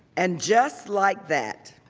and just like that,